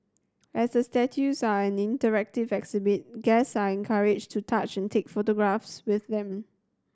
as the statues are an interactive exhibit guest are encouraged to touch and take photographs with them